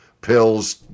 Pills